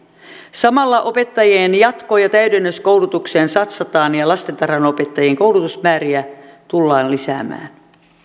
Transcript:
samalla opettajien jatko ja täydennyskoulutukseen satsataan ja lastentarhanopettajien koulutusmääriä tullaan lisäämään